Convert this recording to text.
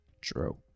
true